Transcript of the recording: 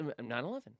9-11